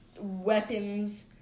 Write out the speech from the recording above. weapons